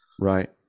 right